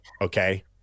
okay